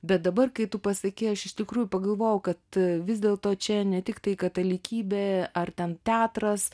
bet dabar kai tu pasakei aš iš tikrųjų pagalvojau kad vis dėlto čia ne tiktai katalikybė ar ten teatras